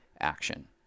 action